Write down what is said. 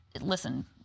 Listen